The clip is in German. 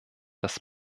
dass